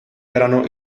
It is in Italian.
erano